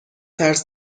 ترس